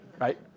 right